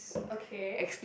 okay